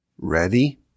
ready